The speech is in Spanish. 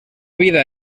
vida